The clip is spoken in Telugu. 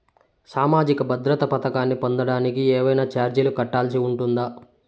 సామాజిక భద్రత పథకాన్ని పొందడానికి ఏవైనా చార్జీలు కట్టాల్సి ఉంటుందా?